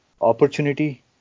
opportunity